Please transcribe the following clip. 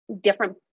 different